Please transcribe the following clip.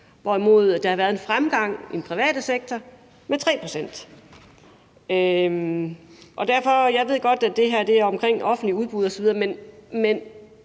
hvorimod der har været en fremgang i den private sektor med 3 pct. Jeg ved godt, at det her drejer sig om offentlige udbud osv., men